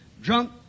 drunk